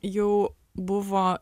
jau buvo